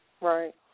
Right